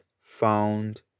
found